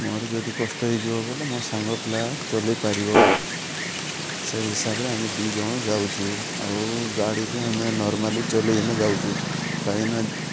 ମୋର ଯଦି କଷ୍ଟ ହେଇଯିବ ବଲେ ମୋ ସାଙ୍ଗ ପିଲା ଚଲାଇପାରିବ ସେଇ ହିସାବରେ ଆମେ ଦୁଇ ଜଣ ଯାଉଛୁ ଆଉ ଗାଡ଼ିରେ ଆମେ ନର୍ମାଲି ଚଲାଇକିନା ଯାଉଛୁ କାହିଁକିନା